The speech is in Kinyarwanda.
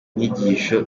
nyigisho